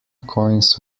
coins